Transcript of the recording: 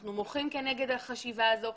אנחנו מוחים כנגד החשיבה הזאת.